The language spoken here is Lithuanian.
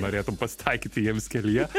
norėtum pasitaikyti jiems kelyje